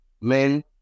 men